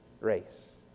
race